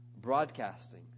broadcasting